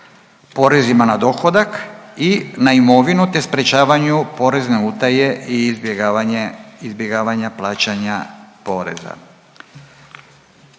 porezima na dohodak i na imovinu, te sprječavanju porezne utaje i izbjegavanja plaćanja poreza,